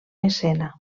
escena